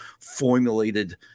formulated